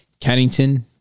Cannington